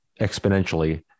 exponentially